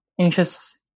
anxious